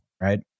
right